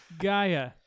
Gaia